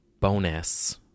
bonus